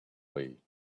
way